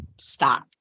stop